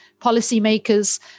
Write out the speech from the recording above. policymakers